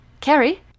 Carrie